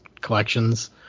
collections